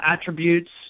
attributes